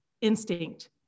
instinct